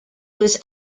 was